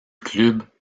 club